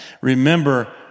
Remember